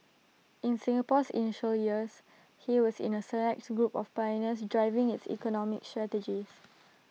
in Singapore's initial years he was in A select group of pioneers driving its economic strategies